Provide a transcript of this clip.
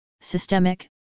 systemic